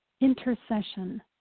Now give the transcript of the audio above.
intercession